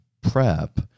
prep